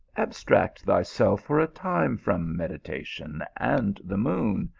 abstract thyself for a time from medita tion and the moon,